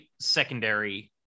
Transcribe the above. secondary